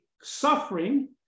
suffering